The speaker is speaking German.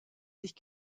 sich